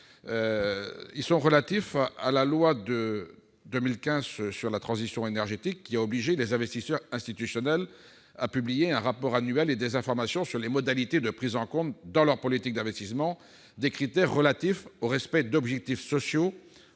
la transition énergétique pour la croissance verte, qui a obligé les investisseurs institutionnels à publier un rapport annuel et des informations sur les modalités de prise en compte, dans leur politique d'investissement, des critères relatifs au respect d'objectifs sociaux,